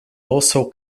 also